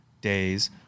days